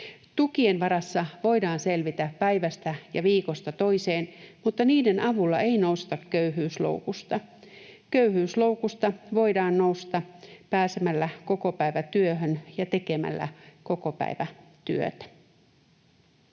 Tukien varassa voidaan selvitä päivästä ja viikosta toiseen, mutta niiden avulla ei nousta köyhyysloukusta. Köyhyysloukusta voidaan nousta pääsemällä kokopäivätyöhön ja tekemällä kokopäivätyötä.